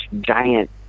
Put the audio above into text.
giant